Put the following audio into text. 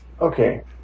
Okay